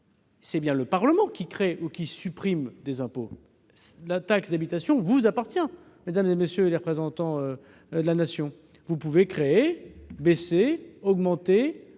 C'est bien le Parlement qui crée ou supprime des impôts. La taxe d'habitation vous appartient, mesdames et messieurs les représentants de la Nation ! Vous pouvez créer, baisser, augmenter,